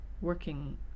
working